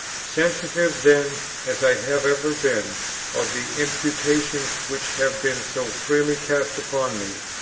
sensitive then as i have ever been of the imputations which have been so freely cast upon me,